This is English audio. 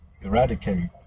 eradicate